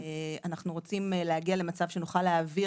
אנחנו רוצים להגיע למצב שבו נוכל להעביר